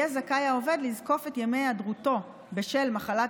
העובד יהיה זכאי לזקוף את ימי היעדרותו בשל מחלת